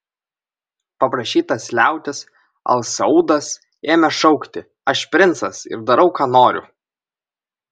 paprašytas liautis al saudas ėmė šaukti aš princas ir darau ką noriu